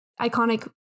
iconic